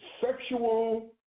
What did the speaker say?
sexual